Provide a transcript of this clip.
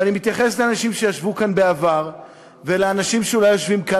ואני מתייחס לאנשים שישבו כאן בעבר ולאנשים שאולי יושבים כאן.